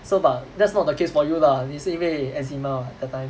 so but that's not the case for you lah 你是因为 eczema what that time